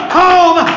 home